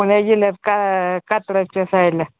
पुणे जिल्ह्यात का कात्रजच्या सायडला